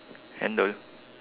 and the